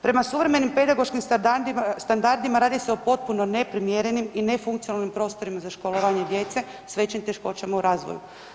Prema suvremenim pedagoškim standardima radi se o potpuno neprimjerenim i nefunkcionalnim prostorima za školovanje djece s većim teškoćama u razvoju.